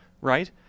Right